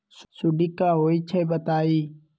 सुडी क होई छई बताई?